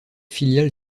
filiale